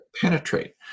penetrate